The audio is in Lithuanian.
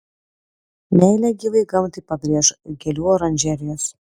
meilę gyvai gamtai pabrėš gėlių oranžerijos